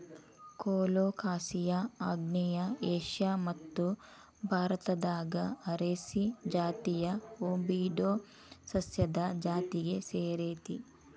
colocasia ಆಗ್ನೇಯ Asia ಮತ್ತು ಭಾರತದಾಗ ಅರೇಸಿ ಜಾತಿಯ ಹೂಬಿಡೊ ಸಸ್ಯದ ಜಾತಿಗೆ ಸೇರೇತಿ